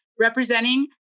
representing